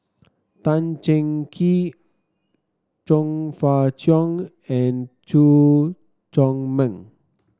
Tan Cheng Kee Chong Fah Cheong and Chew Chor Meng